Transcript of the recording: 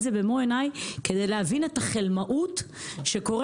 זה במו עיני כדי להבין את החלמאות שקורית.